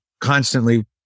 constantly